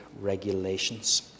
Regulations